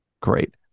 Great